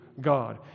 God